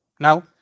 Now